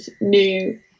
new